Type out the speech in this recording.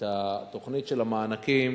את התוכנית של המענקים,